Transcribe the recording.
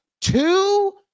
two